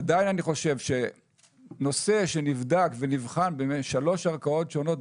עדיין אני חושב שנושא שנבדק ונבחן בשלוש ערכאות שונות,